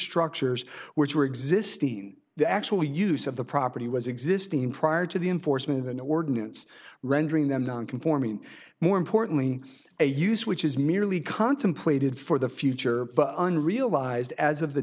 structures which were existing in the actual use of the property was existing prior to the enforcement of an ordinance rendering them non conforming more importantly a use which is merely contemplated for the future unrealized as of the